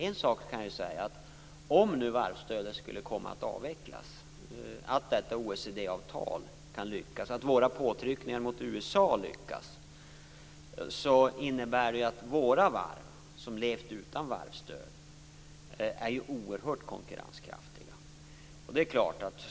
En sak kan jag säga, om varvsstödet skulle komma att avvecklas, om detta OECD-avtal lyckas och våra påtryckningar på USA lyckas innebär det att våra varv, som levt utan varvsstöd, blir oerhört konkurrenskraftiga.